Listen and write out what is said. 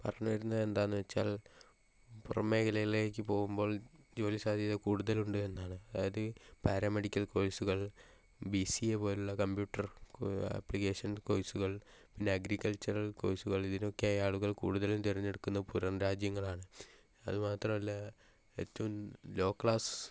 പറഞ്ഞു വരുന്നത് എന്താണെന്ന് വെച്ചാൽ പുറം മേഖലയിലേക്ക് പോകുമ്പോൾ ജോലി സാദ്ധ്യത കൂടുതൽ ഉണ്ട് എന്നാണ് അതായത് പാരാമെഡിക്കൽ കോഴ്സുകൾ ബി സി എ പോലെയുള്ള കമ്പ്യൂട്ടർ അപ്ലിക്കേഷൻ കോഴ്സുകൾ പിന്നെ അഗ്രികൾച്ചറൽ കോഴ്സുകൾ ഇതിനൊക്കെ ആളുകൾ കുടുതലും തിരഞ്ഞെടുക്കുന്നത് പുറം രാജ്യങ്ങളാണ് അത് മാത്രമല്ല ഏറ്റവും ലോ ക്ലാസ്